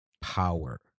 power